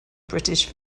british